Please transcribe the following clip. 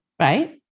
Right